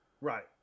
Right